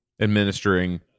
administering